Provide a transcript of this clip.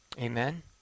Amen